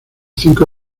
cinco